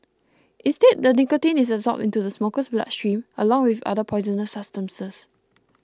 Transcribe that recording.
instead the nicotine is absorbed into the smoker's bloodstream along with other poisonous substances